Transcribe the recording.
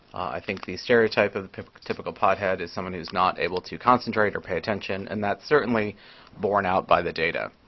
i think the stereotype of a typical typical pothead is someone who's not able to concentrate or pay attention. and that's certainly borne out by the data.